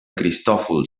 cristòfol